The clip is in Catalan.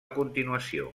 continuació